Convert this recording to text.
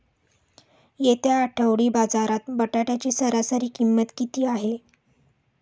येत्या आठवडी बाजारात बटाट्याची सरासरी किंमत किती आहे?